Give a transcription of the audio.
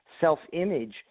self-image